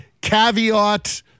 caveat